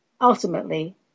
ultimately